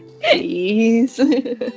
Please